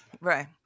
Right